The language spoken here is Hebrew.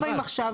לא באים עכשיו.